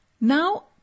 Now